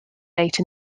late